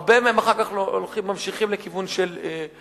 הרבה מהם אחר כך ממשיכים לכיוון של פוליטיקה,